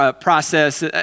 process